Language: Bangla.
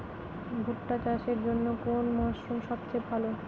ভুট্টা চাষের জন্যে কোন মরশুম সবচেয়ে ভালো?